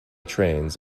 trains